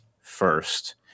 first